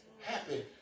happy